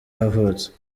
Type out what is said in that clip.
yavutse